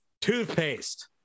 toothpaste